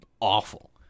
awful